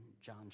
John